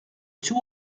too